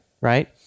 Right